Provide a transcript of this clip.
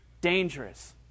dangerous